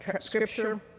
scripture